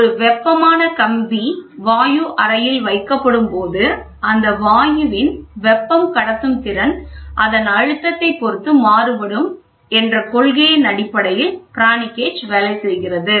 ஒரு வெப்பம் ஆன கம்பி வாயு அறையில் வைக்கப்படும் போது அந்த வாயுவின் வெப்பம் கடத்தும் திறன் அதன் அழுத்தத்தை பொருத்து மாறுபடும் என்ற கொள்கையின் அடிப்படையில் பிரானி கேஜ் வேலை செய்கிறது